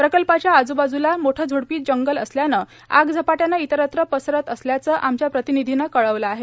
प्रकल्पाच्या आज़बाज़ला मोठ झुडपी जंगल असल्यान आग झपाट्याने इतरत्र पसरत असल्याच आमच्या प्रतिनिधीनं कळवलं आहे